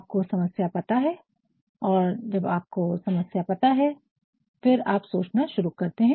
आपको समस्या पता है और जब आपको समस्या पता हो फिर आप सोचना शुरू करते है